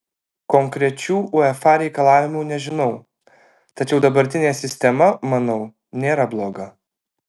konkrečių uefa reikalavimų nežinau tačiau dabartinė sistema manau nėra bloga